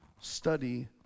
Study